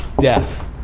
Death